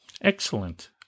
Excellent